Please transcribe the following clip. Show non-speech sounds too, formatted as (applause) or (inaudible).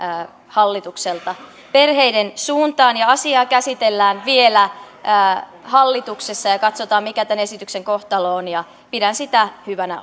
hallitukselta perheiden suuntaan asiaa käsitellään vielä hallituksessa ja katsotaan mikä tämän esityksen kohtalo on ja pidän sitä hyvänä (unintelligible)